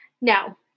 Now